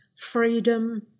freedom